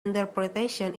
interpretation